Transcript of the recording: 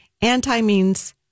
anti-means